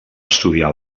estudiar